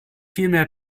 vielmehr